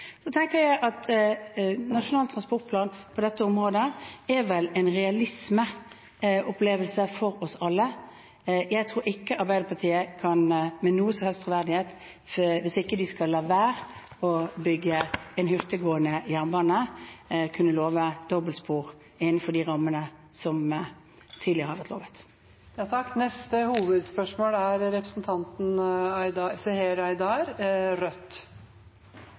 området er vel en realismeopplevelse for oss alle. Jeg tror ikke Arbeiderpartiet med noen som helst troverdighet, hvis ikke de skal la være å bygge en hurtiggående jernbane, kan love dobbeltspor innenfor de rammene som tidligere har vært lovet. Vi går til neste hovedspørsmål.